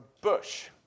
bush